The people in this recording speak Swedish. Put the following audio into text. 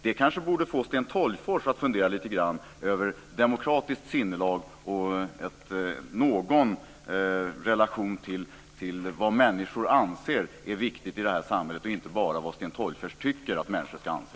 Det kanske borde få Sten Tolgfors att fundera lite grann över demokratiskt sinnelag och någon relation till vad människor anser är viktigt i detta samhälle och inte bara vad Sten Tolgfors tycker att människor ska anse.